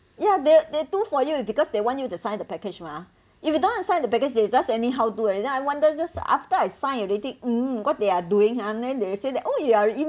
ya they they do for you because they want you to sign the package mah if you don't want to sign the package they just anyhow do and then I wonder just after I signed already mm what they are doing hor and then they say that oh you are you